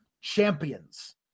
champions